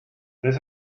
this